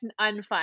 unfun